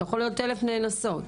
יכול להיות 1,000 נאנסות.